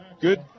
Good